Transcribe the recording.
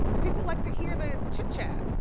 people like to hear the chit chat.